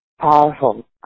powerful